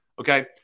Okay